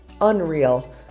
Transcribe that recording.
unreal